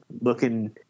looking